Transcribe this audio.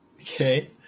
Okay